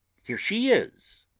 here she is!